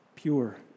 Pure